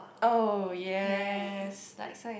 oh yes laksa is